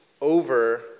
over